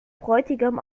bräutigam